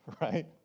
right